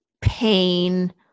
pain